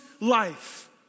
life